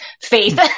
faith